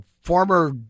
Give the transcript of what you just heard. former